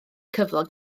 cyflog